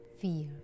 fear